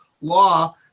law